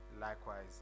likewise